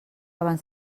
abans